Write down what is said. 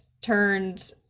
turned